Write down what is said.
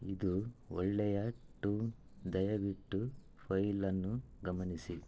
ಇದು ಒಳ್ಳೆಯ ಟುನ್ ದಯವಿಟ್ಟು ಫೈಲ್ ಅನ್ನು ಗಮನಿಸಿ